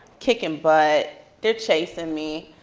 kicking butt. they're chasing me.